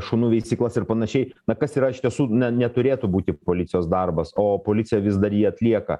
šunų veisyklas ir panašiai na kas yra iš tiesų neturėtų būti policijos darbas o policija vis dar jį atlieka